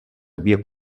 havia